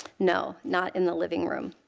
no, not in the living room.